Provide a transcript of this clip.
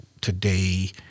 today